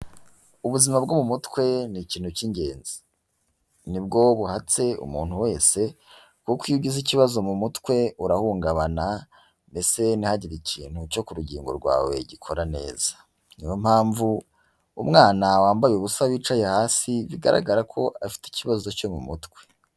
Ubuzima bwo mu mutwe ni ikintu cy'ingenzi. Ni bwo buhatse umuntu wese, kuko iyo ugize ikibazo mu mutwe urahungabana, mbese ntihagire ikintu cyo ku rugingo rwawe gikora neza. Ni yo mpamvu umwana wambaye ubusa wicaye hasi, bigaragara ko afite ikibazo cyo mu mutwe.